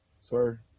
Sir